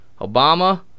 Obama